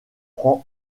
prend